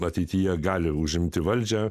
ateityje gali užimti valdžią